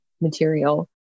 material